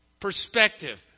perspective